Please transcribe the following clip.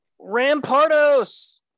Rampardos